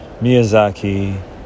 Miyazaki